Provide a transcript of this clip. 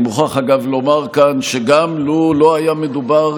אני מוכרח לומר כאן שגם לו לא היה מדובר